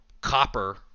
copper